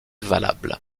valable